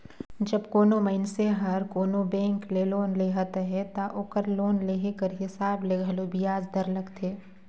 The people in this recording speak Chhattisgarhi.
जब कोनो मइनसे हर कोनो बेंक ले लोन लेहत अहे ता ओकर लोन लेहे कर हिसाब ले घलो बियाज दर लगथे